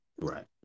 Right